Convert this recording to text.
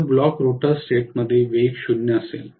तर block rotor टेस्टमध्ये वेग 0 असेल